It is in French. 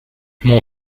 mon